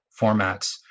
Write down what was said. formats